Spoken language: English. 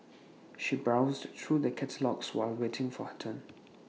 she browsed through the catalogues while waiting for her turn